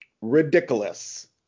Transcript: Ridiculous